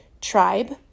tribe